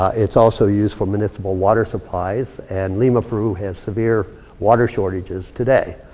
it's also used for municipal water supplies. and lima, peru has severe water shortages today.